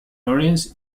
lawrence